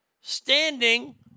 standing